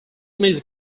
music